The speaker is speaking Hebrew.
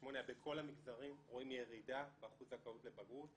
ל-2008 בכל המגזרים רואים ירידה באחוז הזכאות לבגרות,